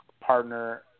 Partner